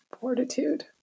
fortitude